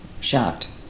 shocked